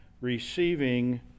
receiving